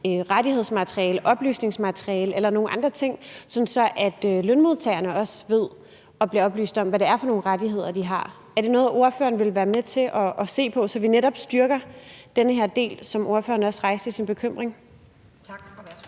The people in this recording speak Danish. rettighedsmaterialet, oplysningsmaterialet eller nogle andre ting, sådan at lønmodtagerne også ved og bliver oplyst om, hvad det er for nogle rettigheder, de har. Er det noget, ordføreren ville være med til at se på, så vi netop styrker den her del, som ordføreren også udtrykte bekymring om? Kl.